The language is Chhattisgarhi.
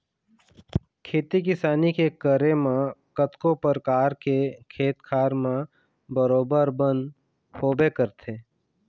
खेती किसानी के करे म कतको परकार के खेत खार म बरोबर बन होबे करथे